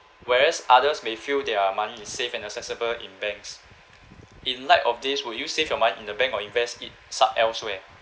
whereas others may feel their money is safe and accessible in banks in light of this would you save your money in the bank or invest it so~ elsewhere